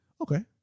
Okay